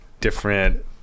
different